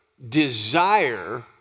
desire